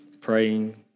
praying